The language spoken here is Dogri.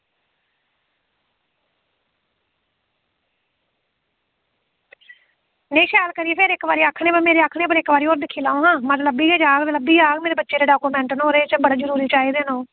में शैल करियै आक्खा नी मेरे आक्खनै उप्पर शैल करियै दिक्खेओ मद लब्भी गै जाह्ग मेरे डॉक्यूमेंट न नुहाड़े च जरूरी चाहिदे न में